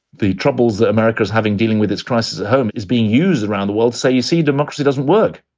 the troubles that america is having dealing with its crisis at home is being used around the world. so you see, democracy doesn't work.